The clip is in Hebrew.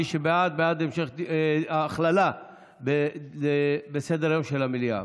מי שבעד, בעד ההכללה בסדר-היום של המליאה.